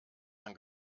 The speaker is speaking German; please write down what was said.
man